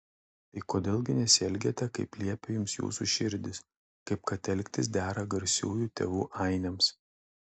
tai kodėl gi nesielgiate kaip liepia jums jūsų širdys kaip kad elgtis dera garsiųjų tėvų ainiams